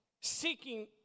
seeking